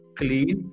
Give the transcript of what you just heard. clean